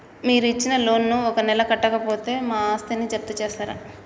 మీరు ఇచ్చిన లోన్ ను ఒక నెల కట్టకపోతే మా ఆస్తిని జప్తు చేస్తరా?